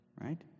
Right